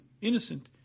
innocent